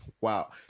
Wow